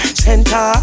center